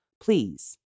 please